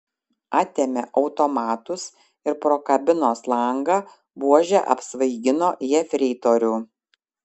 atėmė automatus ir pro kabinos langą buože apsvaigino jefreitorių